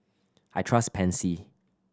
I trust Pansy